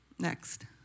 Next